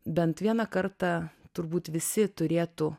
bent vieną kartą turbūt visi turėtų